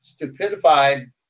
stupidified